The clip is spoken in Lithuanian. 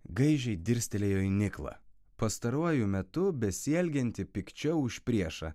gaižiai dirstelėjo į niklą pastaruoju metu besielgiantį pikčiau už priešą